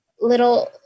little